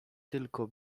tylko